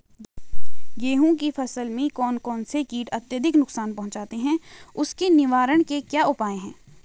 गेहूँ की फसल में कौन कौन से कीट अत्यधिक नुकसान पहुंचाते हैं उसके निवारण के क्या उपाय हैं?